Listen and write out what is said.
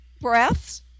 breaths